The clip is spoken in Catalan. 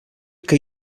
que